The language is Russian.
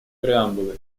преамбулы